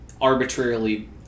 arbitrarily